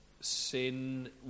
sin